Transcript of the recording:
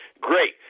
great